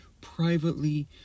privately